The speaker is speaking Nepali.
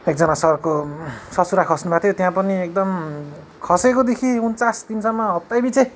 एकजना सरको ससुरा खस्नुभएको थियो त्यहाँ पनि एकदम खसेकोदेखि उन्चास दिसम्म हप्तैपछि